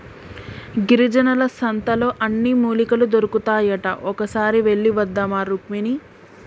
గిరిజనుల సంతలో అన్ని మూలికలు దొరుకుతాయట ఒక్కసారి వెళ్ళివద్దామా రుక్మిణి